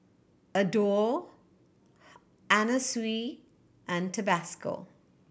Adore Anna Sui and Tabasco